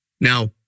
now